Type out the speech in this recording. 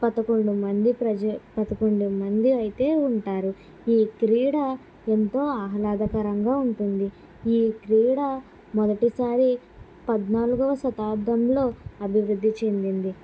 పదకొండు మంది ప్రజా పదకొండు మంది అయితే ఉంటారు ఈ క్రీడా ఎంతో ఆహ్లాదకరంగా ఉంటుంది ఈ క్రీడా మొదటిసారి పద్నాలుగవ శతాబ్దంలో అభివృద్ధి చెందింది